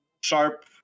sharp